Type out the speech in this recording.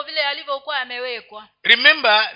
Remember